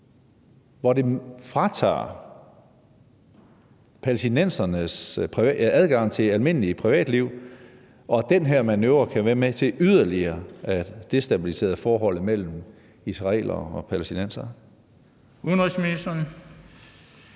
overvågning fratager palæstinenserne deres adgang til almindeligt privatliv, og at den her manøvre kan være med til yderligere at destabilisere forholdet mellem israelere og palæstinensere. Kl. 15:10 Den